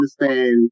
understand